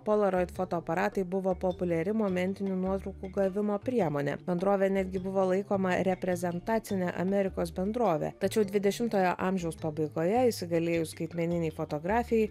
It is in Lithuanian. polaroid fotoaparatai buvo populiari momentinių nuotraukų gavimo priemonė bendrovė netgi buvo laikoma reprezentacine amerikos bendrove tačiau dvidešimtojo amžiaus pabaigoje įsigalėjus skaitmeninei fotografijai